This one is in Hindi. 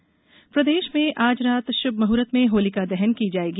होलिका दहन प्रदेश में आज रात श्भमुहर्त में होलिका दहन की जाएगी